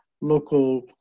local